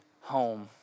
home